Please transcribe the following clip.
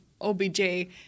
OBJ